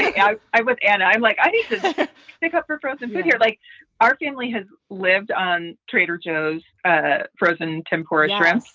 yeah i would. and i'm like i make up for frozen food here, like our family has lived on trader joe's ah frozen temporary shrimp.